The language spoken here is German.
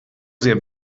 sehr